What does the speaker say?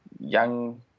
young